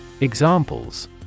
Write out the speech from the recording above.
Examples